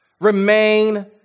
remain